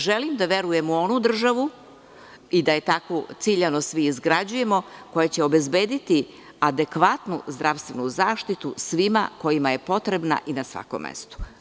Želim da verujem u onu državu i da je tako ciljano svi izgrađujemo koja će obezbediti adekvatnu zdravstvenu zaštitu svima kojima je potrebna i na svakom mestu.